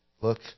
Look